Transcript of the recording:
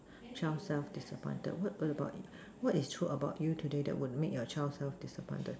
child self disappointed what make about it what is the true about you today that would made your child self disappointed